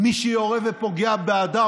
מי שיורה ופוגע באדם,